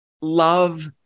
love